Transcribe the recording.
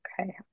okay